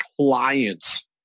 client's